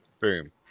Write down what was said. Boom